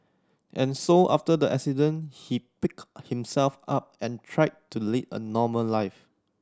and so after the accident he picked himself up and tried to lead a normal life